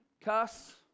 cuss